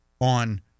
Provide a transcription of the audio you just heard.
on